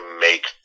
make